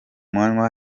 manywa